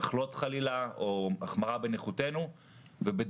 נוכל לחלות חלילה או שתהיה החמרה בנכותנו ואז